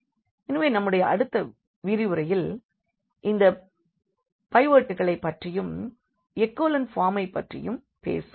எனவே நம்முடைய அடுத்த விரிவுரையில் இந்த பைவட்டுகளைப் பற்றியும் எகோலன் ஃபார்மைப் பற்றியும் பேசுவோம்